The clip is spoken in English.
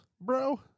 bro